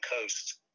coast